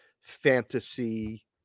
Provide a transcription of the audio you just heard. fantasy